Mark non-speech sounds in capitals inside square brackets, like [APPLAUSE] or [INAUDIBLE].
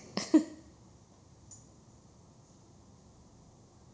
[LAUGHS]